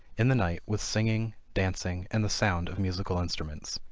in the night, with singing, dancing, and the sound of musical instruments.